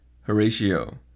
Horatio